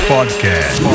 Podcast